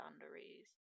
boundaries